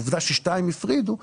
עובדה ששתיים הפרידו,